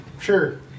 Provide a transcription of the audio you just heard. Sure